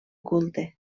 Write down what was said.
culte